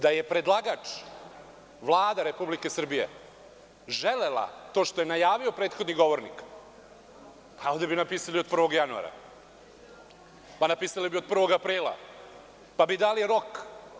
Da je predlagač, Vlada Republike Srbije, želela to što je najavio prethodni govornik, onda bi napisali od 1. januara, od 1. aprila, pa bi dali rok.